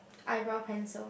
eyebrow pencil